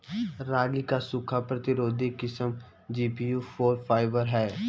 रागी क सूखा प्रतिरोधी किस्म जी.पी.यू फोर फाइव ह?